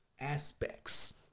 aspects